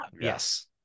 Yes